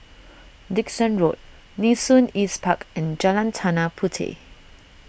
Dickson Road Nee Soon East Park and Jalan Tanah Puteh